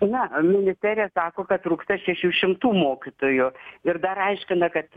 na ministerija sako kad trūksta šešių šimtų mokytojų ir dar aiškina kad